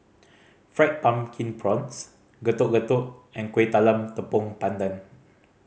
Fried Pumpkin Prawns Getuk Getuk and Kuih Talam Tepong Pandan